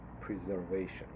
preservation